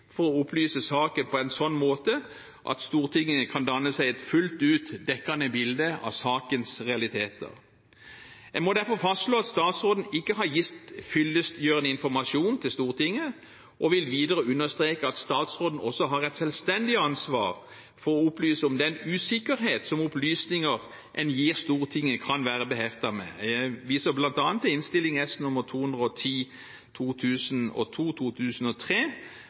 for å opplyse saken på en sånn måte at Stortinget kan danne seg et fullt ut dekkende bilde av sakens realiteter. Jeg må derfor fastslå at statsråden ikke har gitt fyllestgjørende informasjon til Stortinget og vil videre understreke at statsråden også har et selvstendig ansvar for å opplyse om den usikkerhet som opplysninger en gir Stortinget, kan være beheftet med. Jeg viser bl.a. til Innst. S nr. 210